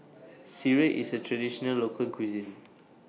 Sireh IS A Traditional Local Cuisine